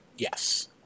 Yes